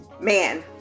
man